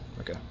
Okay